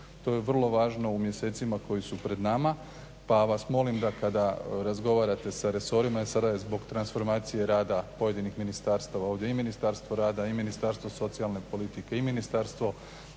To je vrlo važno u mjesecima koji su pred nama pa vas molim da kada razgovarate sa resorima … zbog transformacije rada pojedinih ministarstava ovdje, i Ministarstvo rada i Ministarstvo socijalne politike i Ministarstvo